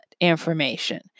information